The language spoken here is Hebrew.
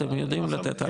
אתם יודעים לתת.